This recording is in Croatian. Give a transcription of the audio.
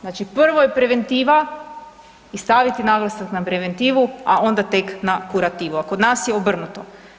Znači, prvo je preventiva i staviti naglasak na preventivu, a onda tek na kurativu, a kod nas je obrnuto.